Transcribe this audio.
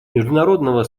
международного